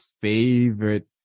favorite